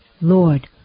Lord